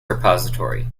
repository